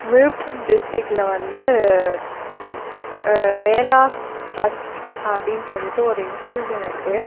விழுப்புரம் டிஸ்ட்ரிக்ட்கில் வந்து வேலாஸ் ட்ரஸ்ட் அப்படின்னு சொல்லிட்டு ஒரு இன்ஸ்ட்யூஷன் இருக்கு